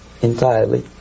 entirely